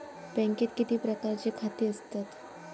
बँकेत किती प्रकारची खाती असतत?